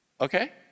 Okay